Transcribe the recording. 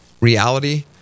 reality